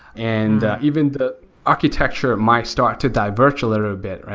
and even the architecture might start to diverge a little bit,